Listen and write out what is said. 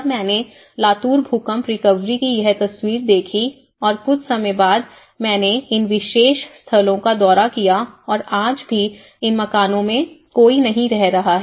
जब मैंने लातूर भूकंप रिकवरी की यह तस्वीर देखी और कुछ समय बाद मैंने इन विशेष स्थलों का दौरा किया और आज भी इन मकानों मैं कोई नहीं रह रहा है